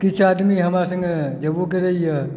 किछु आदमी हमरा सङ्गे जेबो करैए